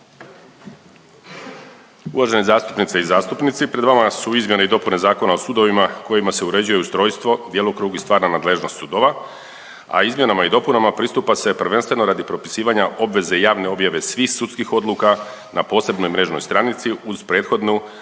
Uvažene zastupnice i zastupnici. Pred vama su izmjene i dopune Zakona o sudovima kojima se uređuje ustrojstvo, djelokrug i stvarna nadležnost sudova, a izmjenama i dopunama pristupa se prvenstveno radi propisivanja obveze javne objave svih sudskih odluka na posebnoj mrežnoj stranici uz prethodnu